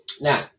Now